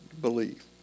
believe